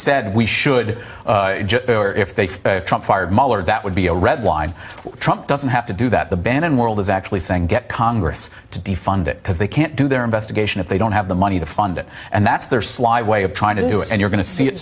said we should if they are that would be a red line trump doesn't have to do that the band and world is actually saying get congress to defund it because they can't do their investigation if they don't have the money to fund it and that's their sly way of trying to do it and you're going to see it